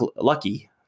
lucky